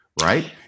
right